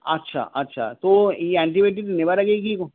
আচ্ছা আচ্ছা তো এই অ্যান্টিবায়োটিক নেওয়ার আগে কি